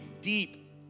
deep